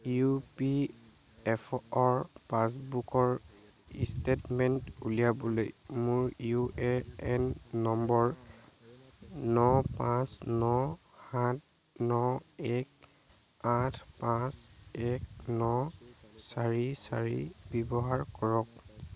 U P F অ' পাছবুকৰ statement উলিয়াবলৈ মোৰ ইউ এ এন নম্বৰ ন পাঁচ ন সাত ন এক আঠ পাঁচ এক ন চাৰি চাৰি বিবহাৰ কৰক